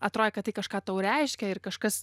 atrodė kad tai kažką tau reiškia kažkas